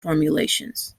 formulations